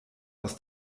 aus